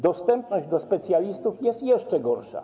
Dostępność specjalistów jest jeszcze gorsza.